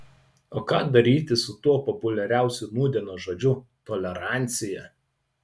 o ką daryti su tuo populiariausiu nūdienos žodžiu tolerancija